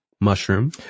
mushroom